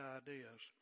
ideas